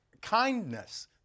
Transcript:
kindness